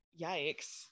Yikes